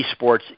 eSports